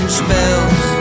spells